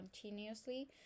continuously